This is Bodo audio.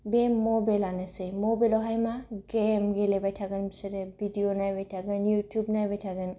बे मबाइलानोसै मबाइलावहाय मा गेम गेलेबाय थागोन बिसोर भिडिअ' नायबाय थागोन इउटुब नायबाय थागोन